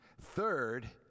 Third